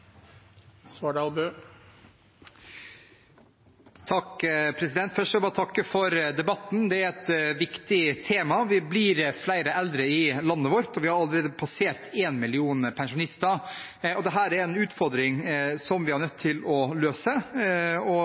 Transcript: et viktig tema. Vi blir flere eldre i landet vårt, vi har allerede passert én million pensjonister, og dette er en utfordring som vi er nødt til å løse. Jeg skulle gjerne sett at det var flere partier og